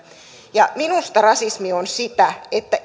minusta rasismi on sitä että